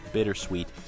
Bittersweet